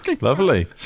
Lovely